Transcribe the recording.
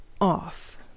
off